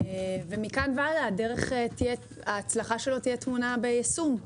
ומכאן והלאה ההצלחה שלו תהיה טמונה ביישום.